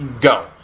Go